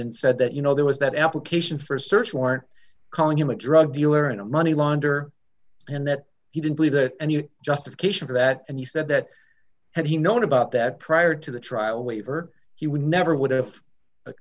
and said that you know there was that application for a search warrant calling him a drug dealer and a money launderer and that he didn't believe that and you justification for that and he said that had he known about that prior to the trial waiver he would never would have